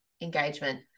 engagement